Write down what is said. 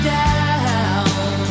down